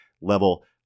level